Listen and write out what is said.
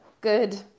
Good